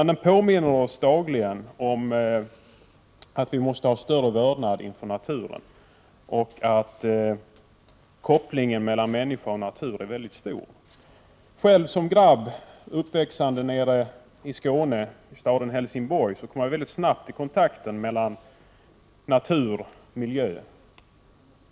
Det påminner oss dagligen om att vi måste ha större vördnad inför naturen och att det finns en nära koppling mellan människan och naturen. Själv som grabb uppväxt i Skåne, i staden Helsingborg, kom jag väldigt snabbt i kontakt med natur och miljö.